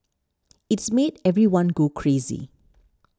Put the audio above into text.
it's made everyone go crazy